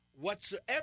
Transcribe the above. Whatsoever